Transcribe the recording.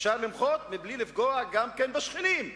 אפשר למחות מבלי לפגוע גם בשכנים.